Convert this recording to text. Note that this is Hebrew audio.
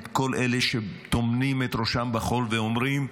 את כל אלה שטומנים את ראשם בחול ואומרים: